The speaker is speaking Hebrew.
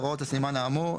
הוראות הסימן האמור,